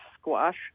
squash